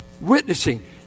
witnessing